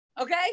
Okay